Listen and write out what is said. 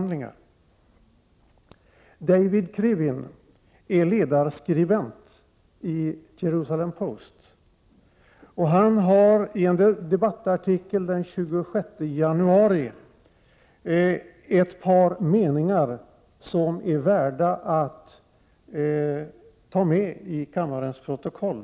David Krivine, ledarskribent i Jerusalem Post, skrevien debattartikel den 26 januari ett par meningar, som är värda att lyssna till och som bör tas med i kammarens protokoll.